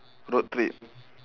road trip